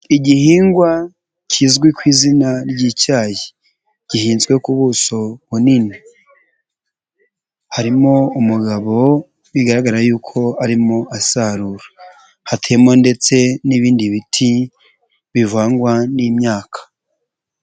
Igihingwa kizwi ku izina ry'icyayi gihinzwe ku buso bunini harimo umugabo bigaragara y'uko arimo asarura, hatemo ndetse n'ibindi biti bivangwa n'imyaka.